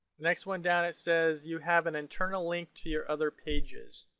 next one down it says, you have an internal link to your other pages.